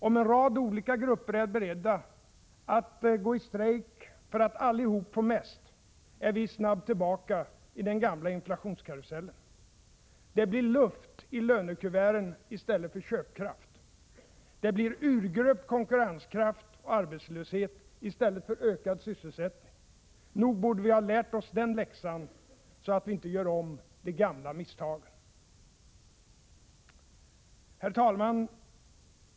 Om en rad olika grupper är beredda att gå i strejk för att allihop få mest, är vi snabbt tillbaka i den gamla inflationskarusellen. Det blir luft i lönekuverten i stället för köpkraft. Det blir urgröpt konkurrenskraft och arbetslöshet i stället för ökad sysselsättning. Nog borde vi ha lärt oss den läxan, så att vi inte gör om de gamla misstagen. Herr talman!